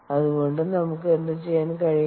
അതുകൊണ്ട് നമുക്ക് എന്തുചെയ്യാൻ കഴിയും